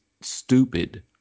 stupid